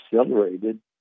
accelerated